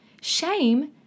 Shame